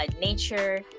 nature